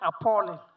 appalling